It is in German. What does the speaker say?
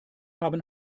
haben